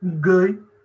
good